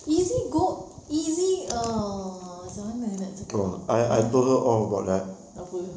easy go easy uh macam mana nak cakap uh ah apa